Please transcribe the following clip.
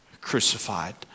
crucified